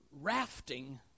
rafting